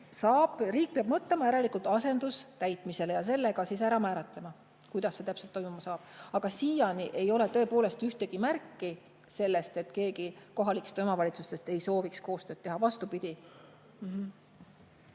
Riik peab mõtlema järelikult asendustäitmisele ja selle ka ära määratlema, kuidas see täpselt toimuma saab. Aga siiani ei ole tõepoolest ühtegi märki sellest, et keegi kohalikest omavalitsustest ei soovi koostööd teha. Vastupidi.